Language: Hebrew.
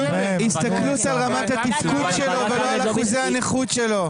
הסתכלות על רמת התפקוד שלו ולא על אחוזי הנכות שלו.